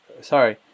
sorry